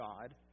God